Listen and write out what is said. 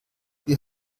wie